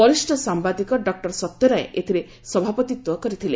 ବରିଷ୍ ସାମ୍ଘାଦିକ ଡକ୍ର ସତ୍ୟ ରାୟ ଏଥରେ ସଭାପତିତ୍ୱ କରିଥିଲେ